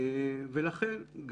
לכן,